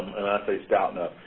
say stout enough.